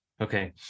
Okay